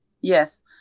yes